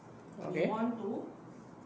okay